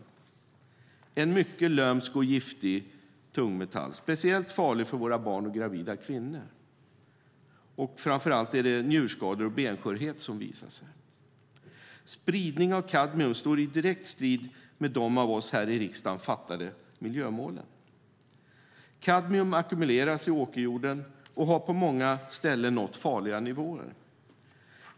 Kadmium är en mycket lömsk och giftig tungmetall, speciellt farligt för våra barn och gravida kvinnor. Framför allt är det njurskador och benskörhet som visar sig. Spridningen av kadmium står i direkt strid med de av oss i riksdagen fattade miljömålen. Kadmium ackumuleras i åkerjorden och har på många ställen nått farliga nivåer.